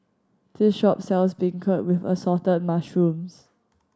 this shop sells beancurd with Assorted Mushrooms